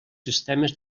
sistemes